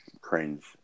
cringe